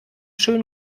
schön